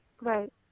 Right